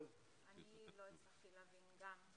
אני לא הצלחתי להבין גם,